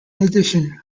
addition